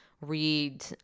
read